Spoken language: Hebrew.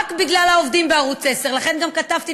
רק בגלל העובדים בערוץ 10. לכן גם כתבתי